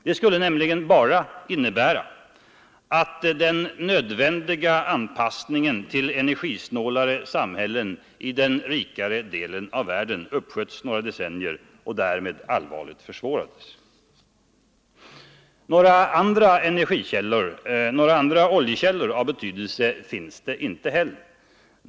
Det skulle nämligen bara innebära att den nödvändiga anpassningen till energisnålare samhällen i den rika delen av världen uppsköts några decennier och därmed allvarligt försvårades. Några alternativa oljekällor av betydelse finns inte heller.